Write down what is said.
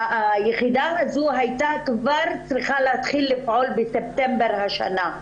היחידה הזו הייתה צריכה להתחיל לפעול בספטמבר השנה.